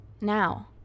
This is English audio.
Now